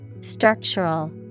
Structural